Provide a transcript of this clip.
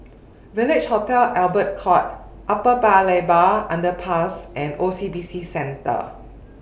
Village Hotel Albert Court Upper Paya Lebar Underpass and O C B C Centre